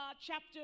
chapter